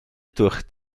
durch